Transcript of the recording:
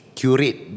curate